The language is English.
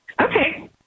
Okay